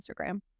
Instagram